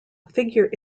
figure